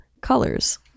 colors